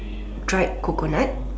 dried coconut